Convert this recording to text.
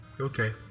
Okay